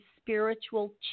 spiritual